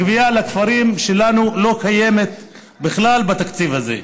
הגבייה לכפרים שלנו לא קיימת בכלל בתקציב הזה.